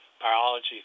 biology